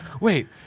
wait